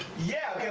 yeah.